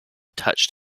touched